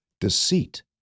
deceit